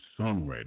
songwriter